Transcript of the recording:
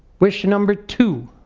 wish number two,